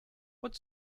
what